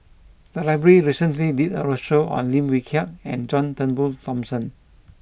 the library recently did a roadshow on Lim Wee Kiak and John Turnbull Thomson